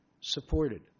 supported